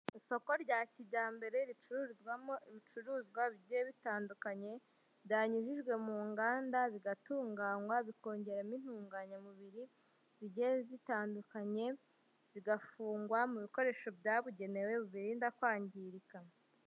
Isoko rya kijyambere ricururizwamo ibicuruzwa bigiye bitandukanye, byanyujijwe mu nganda bigatunganywa bikongeramo intunganyamubiri zigiye zitandukanye, zigafungwa mu bikoresho byabugenewe bibirinda kwangirika.